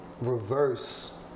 reverse